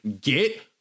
get